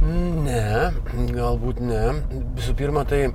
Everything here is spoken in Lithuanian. ne galbūt ne visų pirma tai